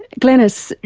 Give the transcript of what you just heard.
glenys,